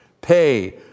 pay